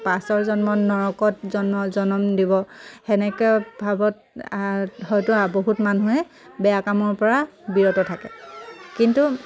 পাছৰ জন্মত নৰকত জন্মৰ জনম দিব সেনেকুৱা ভাৱত হয়তো বহুত মানুহে বেয়া কামৰ পৰা বিৰত থাকে কিন্তু